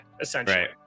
essentially